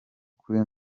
kuri